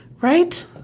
right